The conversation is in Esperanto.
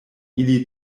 ili